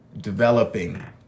developing